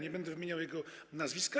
Nie będę wymieniał jego nazwiska.